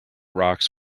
rocks